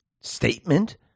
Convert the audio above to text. statement